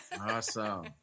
Awesome